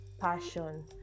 passion